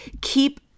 keep